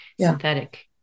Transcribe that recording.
synthetic